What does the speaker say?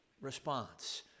response